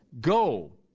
Go